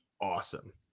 awesome